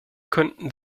könnten